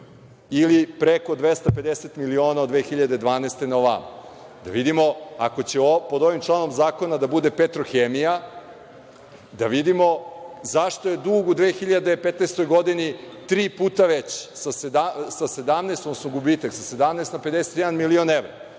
ili preko 250 miliona od 2012. godine na ovamo. Ako će pod ovim članom zakona da bude Petrohemija, da vidimo zašto je dug u 2015. godini tri puta veći, odnosno gubitak, sa 17 na 51 milion evra,